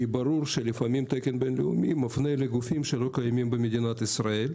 כי ברור שלפעמים תקן בין-לאומי מפנה לגופים שלא קיימים במדינת ישראל,